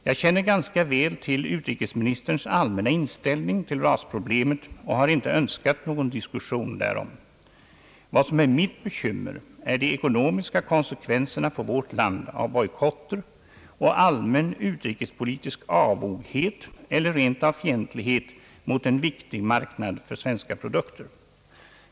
Jag känner ganska väl till utrikesministerns allmänna inställning till rasproblemet och har inte önskat någon diskussion därom. Vad som är mitt bekymmer, är de ekonomiska konsekvenserna för vårt land av bojkotter och allmän utrikespolitisk avoghet eller rent av fientlighet mot en viktig marknad för svenska produkter.